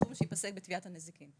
הסכום שייפסק בתביעת הנזיקין.